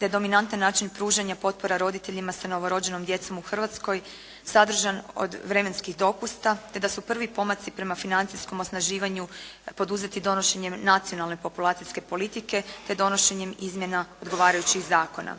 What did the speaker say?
da je dominantan način pružanja potpora roditelja sa novorođenom djecom u Hrvatskoj sadržan od vremenskih dopusta, te da su prvi pomaci prema financijskom osnaživanju poduzeti donošenjem nacionalne populacijske politike, te donošenjem izmjena odgovarajućih zakona.